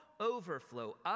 overflow